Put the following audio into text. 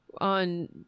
on